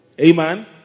Amen